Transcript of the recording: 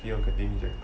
只有跟你讲的